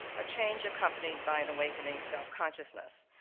a change accompanied by an awakening self-consciousness.